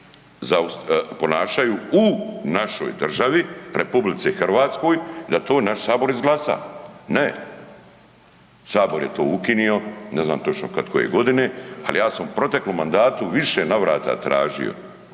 ponašaju u našoj državi, RH, da to naš Sabor izglasa. Ne, Sabor je to ukinuo, ne znam točno kad koje godine ali ja sam u proteklom mandatu u više navrata tražio